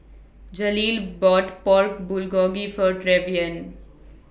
Jaleel bought Pork Bulgogi For Trevion